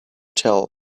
tell